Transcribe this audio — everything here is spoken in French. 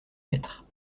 maîtres